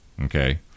Okay